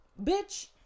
Bitch